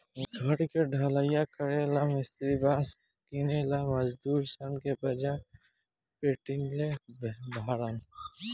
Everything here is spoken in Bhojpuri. घर के ढलइया करेला ला मिस्त्री बास किनेला मजदूर सन के बाजार पेठइले बारन